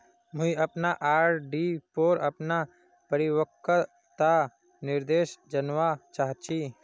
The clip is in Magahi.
मुई अपना आर.डी पोर अपना परिपक्वता निर्देश जानवा चहची